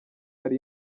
yari